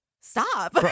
stop